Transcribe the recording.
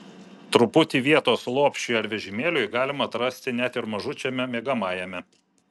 truputį vietos lopšiui ar vežimėliui galima atrasti net ir mažučiame miegamajame